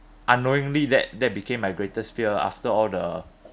unknowingly that that became my greatest fear after all the